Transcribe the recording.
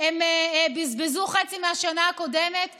הם בזבזו חצי מהשנה הקודמת ובא'